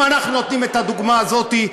אם אנחנו נותנים את הדוגמה הזאת,